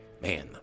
Man